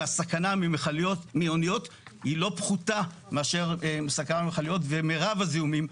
והסכנה מאוניות היא לא פחותה מאשר מסכנה ממכליות ומירב הזיהומים,